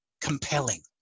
compelling